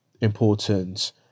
important